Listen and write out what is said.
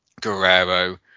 Guerrero